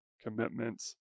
commitments